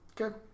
Okay